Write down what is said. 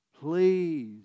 please